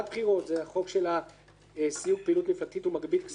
- זה חוק סיום פעילות מפלגתית ומגבית כספים,